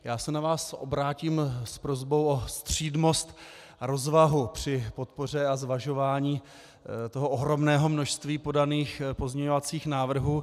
Já se na vás obrátím s prosbou o střídmost a rozvahu při podpoře a zvažování toho ohromného množství podaných pozměňovacích návrhů.